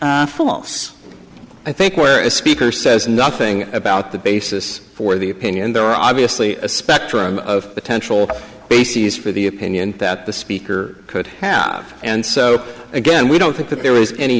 be false i think where a speaker says nothing about the basis for the opinion there are obviously a spectrum of potential bases for the opinion that the speaker could have and so again we don't think that there is any